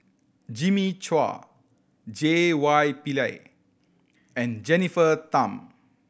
Jimmy Chua J Y Pillay and Jennifer Tham